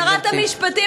ושרת המשפטים,